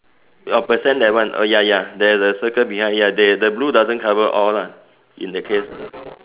oh percent that one oh ya ya there's a circle behind ya they the blue doesn't cover all lah in that case